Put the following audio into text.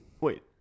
Wait